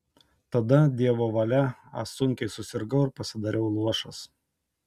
tada dievo valia aš sunkiai susirgau ir pasidariau luošas